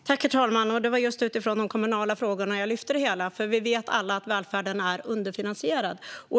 Herr talman! Det var just utifrån de kommunala frågorna jag lyfte det hela, för vi vet alla att välfärden är underfinansierad.